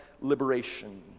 liberation